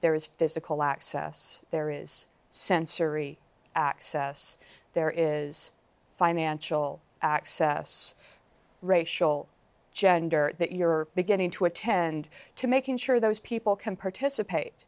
there is physical access there is sensory access there is financial access racial gender that you're beginning to attend to making sure those people can participate